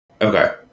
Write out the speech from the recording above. okay